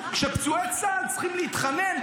כשפצועי צה"ל צריכים להתחנן,